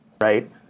Right